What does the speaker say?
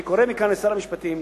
אני קורא מכאן לשר המשפטים,